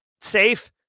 safe